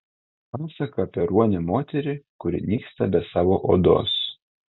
pasaka apie ruonę moterį kuri nyksta be savo odos